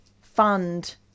fund